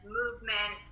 movement